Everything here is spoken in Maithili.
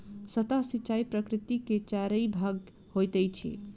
सतह सिचाई प्रकिया के चाइर भाग होइत अछि